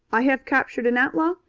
i have captured an outlaw,